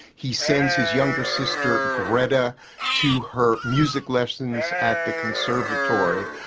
he sends his younger sister greta to her music lessons at the conservatory.